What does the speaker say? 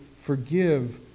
forgive